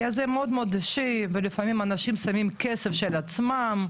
כי אז הם מאוד מאוד רגשי ולפעמים אנשים שמים כסף של עצמם,